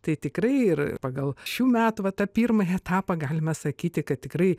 tai tikrai ir pagal šių metų vat tą pirmąjį etapą galima sakyti kad tikrai